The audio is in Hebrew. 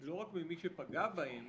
לא רק ממי שפגע בהן